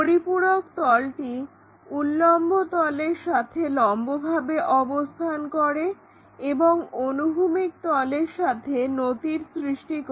পরিপূরক তলটি উল্লম্ব তলের সাথে লম্বভাবে অবস্থান করে এবং অনুভূমিক তলের সাথে নতির সৃষ্টি করে